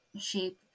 shape